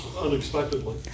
unexpectedly